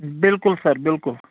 بلکُل سر بلکُل